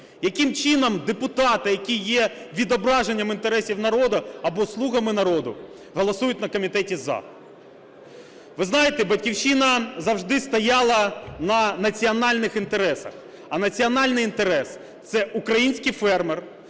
Яким чином депутати, які є відображенням інтересів народу або слугами народу, голосують на комітеті "за"? Ви знаєте, "Батьківщина" завжди стояла на національних інтересах, а національний інтерес – це українські фермер,